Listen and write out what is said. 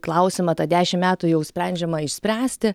klausimą tą dešimt metų jau sprendžiamą išspręsti